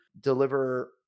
deliver